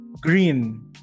green